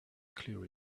clear